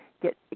get